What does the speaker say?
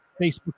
Facebook